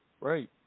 right